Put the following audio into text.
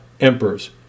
emperors